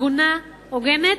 הגונה, הוגנת,